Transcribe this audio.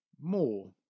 more